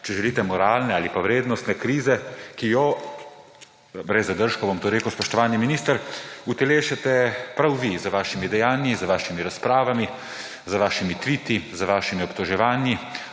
če želite, moralne ali pa vrednostne krize, ki jo, brez zadržkov bom to rekel, spoštovani minister, utelešate prav vi z vašimi dejanji, z vašimi razpravami, z vašimi tviti, z vašimi obtoževanji,